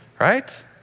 Right